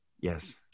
Yes